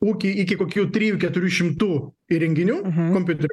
ūkį iki kokių trijų keturių šimtų įrenginių kompiuterių